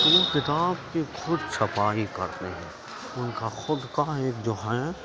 کہ وہ کتاب کی خود چھپائی کرتے ہیں ان کا خود کا ایک جو ہے